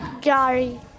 Gary